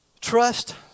trust